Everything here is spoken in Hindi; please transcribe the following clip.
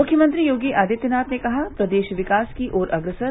मुख्यमंत्री योगी आदित्यनाथ ने कहा प्रदेश विकास की ओर अग्रसर